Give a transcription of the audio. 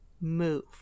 move